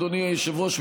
אדוני היושב-ראש,